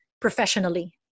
professionally